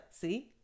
see